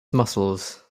muscles